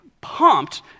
pumped